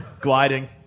Gliding